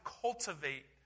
cultivate